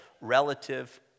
relative